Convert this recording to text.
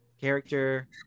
character